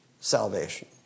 salvation